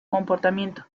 comportamiento